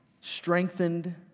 strengthened